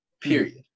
period